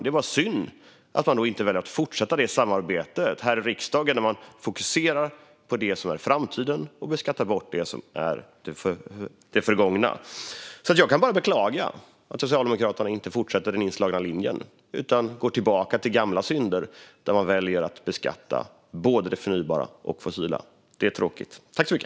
Det är synd att man inte väljer att fortsätta det samarbetet här i riksdagen genom att fokusera på det som är framtiden och beskatta bort det som tillhör det förgångna. Jag kan bara beklaga att Socialdemokraterna inte fortsätter på den inslagna linjen utan går tillbaka till gamla synder genom att välja att beskatta både det förnybara och det fossila. Det är tråkigt.